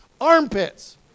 armpits